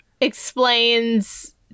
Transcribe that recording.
Explains